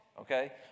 okay